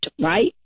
right